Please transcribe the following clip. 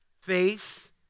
faith